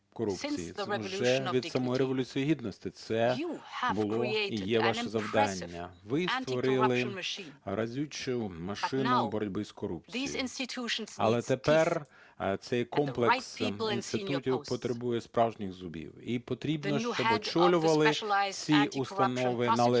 Це вже від самої Революції Гідності, це було і є ваше завдання. Ви створили разючу машину боротьби з корупцією, але тепер цей комплекс інститутів потребує справжніх зубів. І потрібно, щоб очолювали ці установи належні